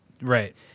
Right